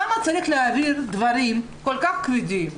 למה צריך להעביר דברים כל כך כבדים,